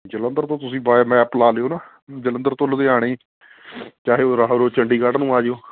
ਜਲੰਧਰ ਤੋਂ ਤੁਸੀਂ via map ਲਾ ਲਿਓ ਨਾ ਜਲੰਧਰ ਤੋਂ ਲੁਧਿਆਣੇ ਚਾਹੇ ਓ ਰਾਹੋਂ ਉਰਾਂ ਚੰਡੀਗੜ੍ਹ ਨੂੰ ਆ ਜਾਇਓ